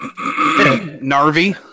Narvi